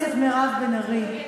חברתי חברת הכנסת מירב בן ארי,